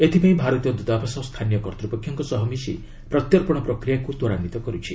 ଏଥିପାଇଁ ଭାରତୀୟ ଦୂତାବାସ ସ୍ଥାନୀୟ କର୍ତ୍ତୃପକ୍ଷଙ୍କ ସହ ମିଶି ପ୍ରତ୍ୟର୍ପଣ ପ୍ରକ୍ରିୟାକୁ ତ୍ୱରାନ୍ଧିତ କରୁଛି